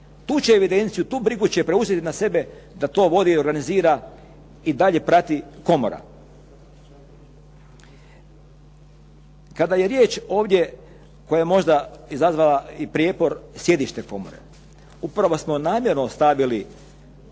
Tu će evidenciju, tu brigu će preuzeti na sebe da to vodi i organizira i dalje prati komora. Kada je riječ ovdje koja je možda izazvala i prijepor sjedište komore. Upravo smo namjerno ostavili